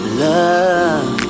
love